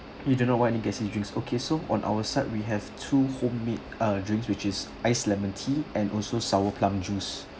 you do not want any gassy drinks okay so on our side we have two homemade uh drinks which is ice lemon tea and also sour plum juice